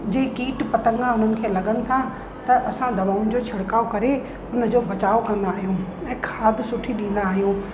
जे कीट पतंगा उन्हनि खे लॻनि था त असां दवाउनि जो छिड़काव करे उन जो बचाव कंदा आहियूं ऐं खाध सुठी ॾींदा आहियूं